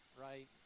right